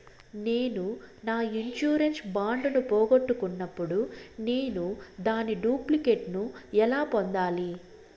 నేను నా insurance bond ను పోగొట్టుకున్నప్పుడు నేను దాని డూప్లికేట్ ను ఎలా పొందాలి?